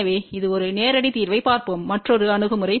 எனவே இது ஒரு நேரடி தீர்வைப் பார்ப்போம் மற்றொரு அணுகுமுறை